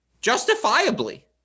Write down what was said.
Justifiably